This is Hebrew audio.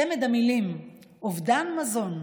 צמד המילים "אובדן מזון"